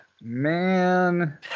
man